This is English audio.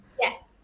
Yes